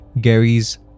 Gary's